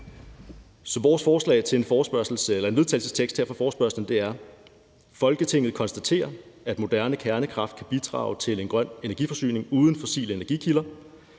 Forslag til vedtagelse »Folketinget konstaterer, at moderne kernekraft kan bidrage til en grøn energiforsyning uden fossile energikilder.